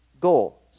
goal